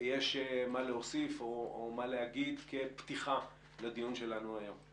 מה להוסיף או מה להגיד כפתיחה לדיון שלנו היום?